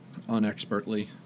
Unexpertly